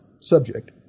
subject